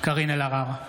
קארין אלהרר,